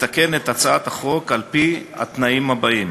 לתקן את הצעת החוק על-פי התנאים הבאים: